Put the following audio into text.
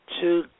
two